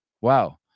wow